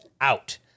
out